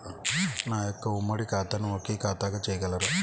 నా యొక్క ఉమ్మడి ఖాతాను ఒకే ఖాతాగా చేయగలరా?